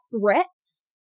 threats